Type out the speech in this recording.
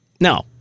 No